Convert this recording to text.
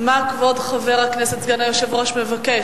מה כבוד חבר הכנסת, סגן היושב-ראש, מבקש?